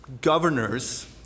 governors